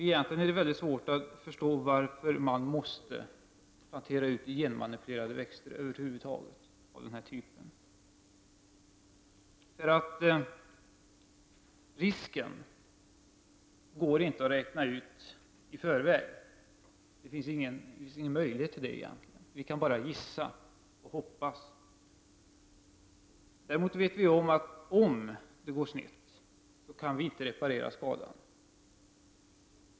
Egentligen är det väldigt svårt att förstå varför man över huvud taget måste plantera ut genmanipulerade växter av den här typen. Risken går inte att räkna ut i förväg. Det finns ingen möjlighet att göra det. Vi kan bara gissa och hoppas. Däremot vet vi att om något går snett, som man säger, så kan vi inte reparera den skada som uppkommit.